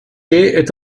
est